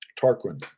Tarquin